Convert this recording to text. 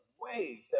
wait